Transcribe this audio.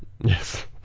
yes